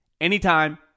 anytime